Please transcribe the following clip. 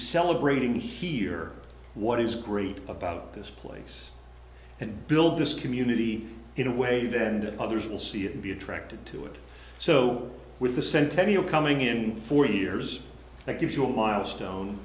celebrating here what is great about this place and build this community in a way that and others will see it and be attracted to it so with the centennial coming in forty years that gives you a milestone